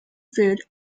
food